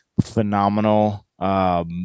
phenomenal